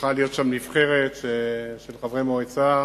צריכה להיות שם נבחרת של חברי מועצה